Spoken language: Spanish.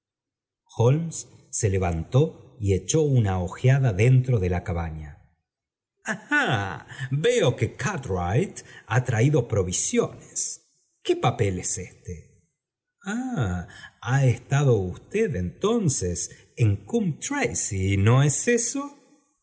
se levanto y echó una ojeada dentro de la cabafia i ajáí veo que cartwright ha traído provfeiones qué papel es éste ha estado usted em ronces en coombe tracey no es eso